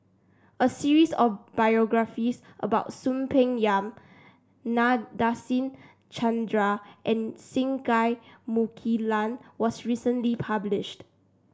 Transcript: a series of biographies about Soon Peng Yam Nadasen Chandra and Singai Mukilan was recently published